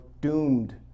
doomed